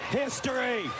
history